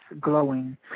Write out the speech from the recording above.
glowing